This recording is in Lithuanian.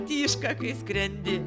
tyška kai skrendi